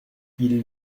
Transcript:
ils